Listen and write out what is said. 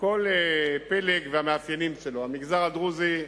כל פלג והמאפיינים שלו: המגזר הדרוזי,